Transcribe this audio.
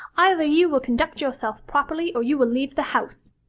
either you will conduct yourself properly, or you will leave the house.